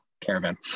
Caravan